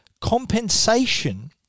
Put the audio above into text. compensation